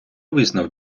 визнав